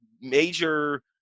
major